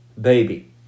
baby